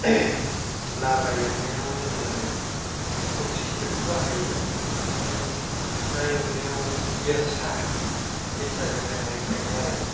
लाब्रा एरनायाव जोङो खनथि गिदिरखौ बाहायो ओमफ्राय ना एवनायाव बेरसा बेरसाजों ओरै हायनो हायो आरो लाब्रा एरनायाव जोङो खन्थि गिदिरखौ बाहायो ओमफ्राय ना एवनायाव बेरसा बेरसाजों ओरै हायनो हायो आरो